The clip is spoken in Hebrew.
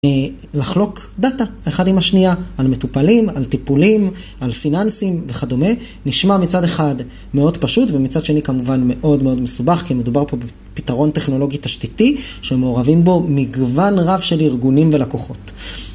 לחלוק דאטה, האחד עם השנייה, על מטופלים, על טיפולים, על פיננסים וכדומה, נשמע מצד אחד מאוד פשוט ומצד שני כמובן מאוד מאוד מסובך, כי מדובר פה בפתרון טכנולוגי תשתיתי שמעורבים בו מגוון רב של ארגונים ולקוחות.